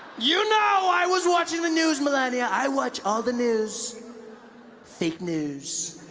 you know i was watching the news melania i watch all the news fake news